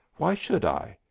why should i?